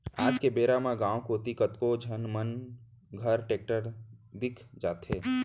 आज के बेरा म गॉंव कोती कतको झन मन घर टेक्टर दिख जाथे